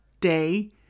day